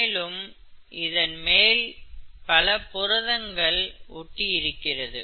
மேலும் இதன் மேல் பல புரதங்கள் ஒட்டியிருக்கிறது